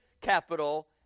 capital